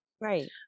Right